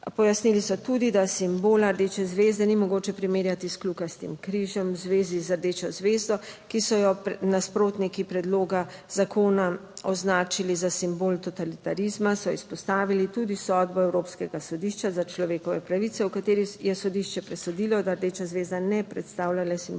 Pojasnili so tudi, da simbola rdeče zvezde ni mogoče primerjati s kljukastim križem. V zvezi z rdečo zvezdo, ki so jo nasprotniki predloga zakona označili za simbol totalitarizma, so izpostavili tudi sodbo Evropskega sodišča za človekove pravice, v kateri je sodišče presodilo, da rdeča zvezda ne predstavlja le simbola